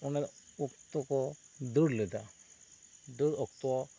ᱚᱱᱮ ᱚᱠᱛᱚ ᱠᱚ ᱫᱟᱹᱲ ᱞᱮᱫᱟ ᱫᱟᱹᱲ ᱚᱠᱛᱚ